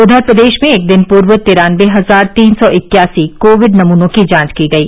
उधर प्रदेश में एक दिन पूर्व तिरानवे हजार तीन सौ इक्यासी कोविड नमूनों की जांच की गयी